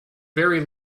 very